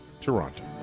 Toronto